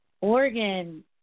Oregon